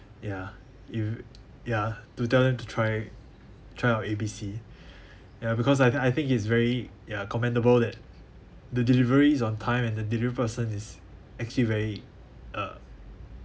ya if you ya to tell them to try try out A B C ya because I think I think he is very ya very commendable that the delivery is on time and the delivery person is actually very uh